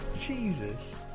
Jesus